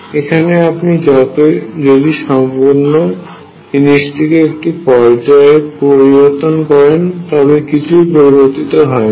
এখানে আপনি যদি সম্পূর্ণ জিনিসটিকে একটি পর্যায়ে পরিবর্তন করেন তবে কিছুই পরিবর্তিত হয় না